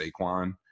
Saquon